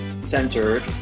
centered